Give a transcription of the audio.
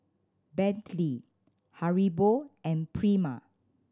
Bentley Haribo and Prima